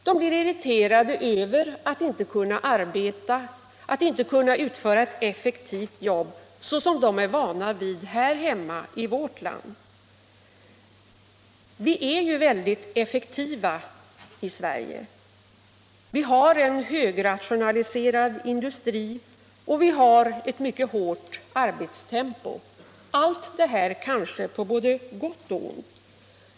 De blir irriterade över att inte kunna arbeta, att inte kunna utföra ett effektivt jobb såsom de är vana vid här hemma i vårt land. Vi är väldigt effektiva i Sverige. Vi har en högrationaliserad industri och vi har ett mycket hårt arbetstempo — allt det här kanske på både gott och ont.